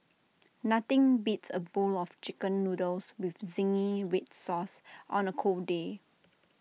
nothing beats A bowl of Chicken Noodles with Zingy Red Sauce on A cold day